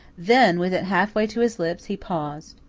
then, with it half-way to his lips, he paused.